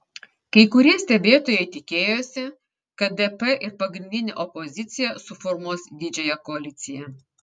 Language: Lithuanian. kai kurie stebėtojai tikėjosi kad dp ir pagrindinė opozicija suformuos didžiąją koaliciją